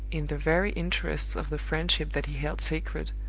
in the very interests of the friendship that he held sacred,